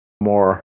more